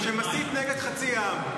שמסית נגד חצי עם?